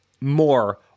more